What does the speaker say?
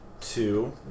two